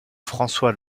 françois